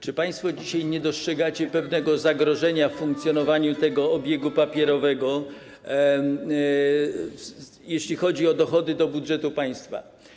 Czy państwo dzisiaj nie dostrzegacie pewnego zagrożenia w funkcjonowaniu obiegu papierowego, jeśli chodzi o dochody do budżetu państwa?